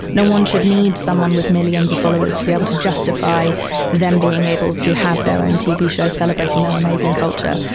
no one should need someone with millions of followers to be able to justify them being able to have their own tv show celebrating their amazing culture.